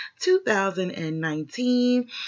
2019